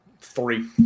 Three